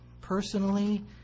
personally